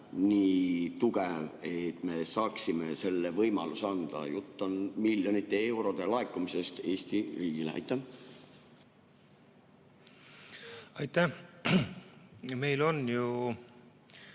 nii tugev, et me saaksime selle võimaluse anda. Jutt on miljonite eurode laekumisest Eesti riigile. Aitäh! Meil on ju